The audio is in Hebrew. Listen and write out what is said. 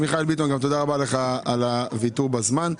מיכאל ביטון, גם תודה רבה לך על הוויתור בזמן.